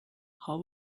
how